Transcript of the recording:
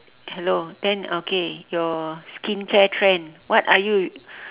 hello then okay your skincare trend what are you